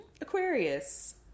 Aquarius